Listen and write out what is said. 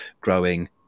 growing